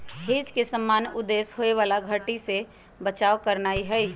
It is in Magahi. हेज के सामान्य उद्देश्य होयबला घट्टी से बचाव करनाइ हइ